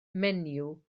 menyw